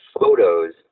photos